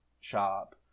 shop